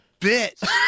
bitch